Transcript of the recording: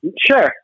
sure